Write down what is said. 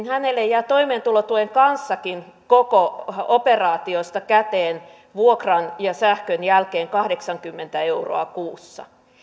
hänelle jää toimeentulotuen kanssakin koko operaatiosta käteen vuokran ja sähkön jälkeen kahdeksankymmentä euroa kuussa